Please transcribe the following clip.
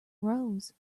rose